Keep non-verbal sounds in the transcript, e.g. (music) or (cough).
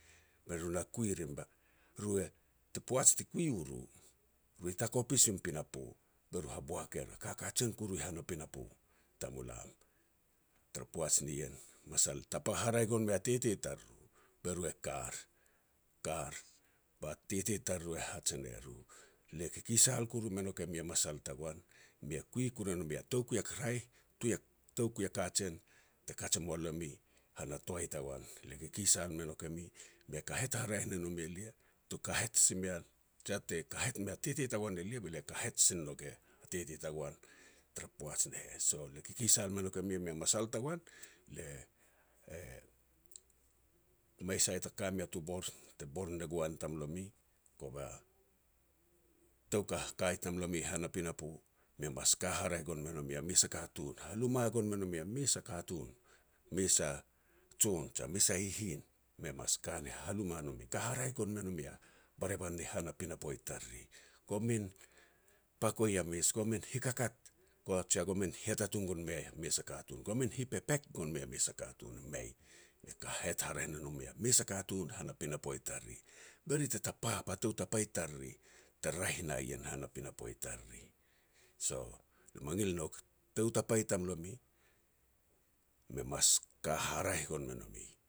be ru na kiu rim, be ru e (unintelligible) poaj ti kui u ru be takopis i rim pinapo. Be ru haboak er a ka kajen koru hana pinapo tamulam. Tara poaj ni ien, masal tapa haraeh gon mei a titi tariru. Be ru e kar, kar ba titi tariru e hat ene ru, "Elia kikisal koru me nouk e mi a masal tagoan. Me kui koru e no mi a toukui a raeh (noise) toukui a kajen te kaj mua lome hana toai tagoan. Lia kikisal me nouk e mi, me kahet hareah ne no mi elia, tuk kahet si mean, jia te kahet mea titi tagoan elia, be lia kahet si ne nouk a titi tagoan tara poaj ne heh. So lia kikisal me nouk e mi mi a masal tagoan, lia e-e (unintelligible) mei sai ta ka mea tu bor te bor ne guan i tamlomi, kava tou kaka i tamlomi hana pinapo, e mi mas ka haraeh me no mi a mes a katun, haluma haraeh me no me a mes a katun, mes a jon, jea mes a hihin. Mi mas ka ni haluma no mi, ka haraeh me no mi a barevan ni han a pinapo tariri. Gomin pako a mes, gomin hikakat (noise) jea gomin hitatung gon mea mes a katun, gomin hi pepek gon mei a mes a katun, mei. Me kahet haraeh me no mi a mes a katun hana pinapo tariri, be ri te tapar ba tou tapa tariri, te raeh na ien hana pinapo tariri. So lia mangil nouk tou tapa tamlomi, me mas ka haraeh gon me no mi